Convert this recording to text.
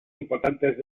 importantes